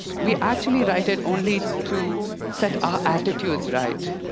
we actually write it only to set our attitudes right.